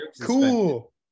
cool